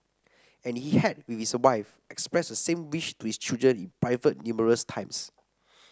and he had with his wife expressed the same wish to his children private numerous times